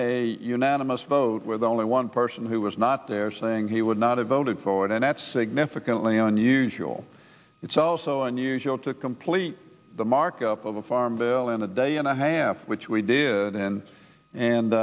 a unanimous vote with only one person who was not there saying he would not have voted for it and that's significantly unusual it's also unusual to complete the markup of a farm bill in a day and a half which we did and